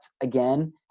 again